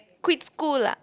quit school lah